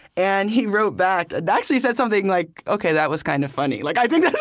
and he wrote back and actually said something like, okay, that was kind of funny. like i think that's